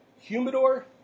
Humidor